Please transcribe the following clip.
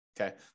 Okay